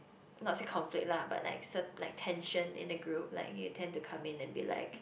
not say conflict lah but like cert~ like tension in the group like you tend to come in and be like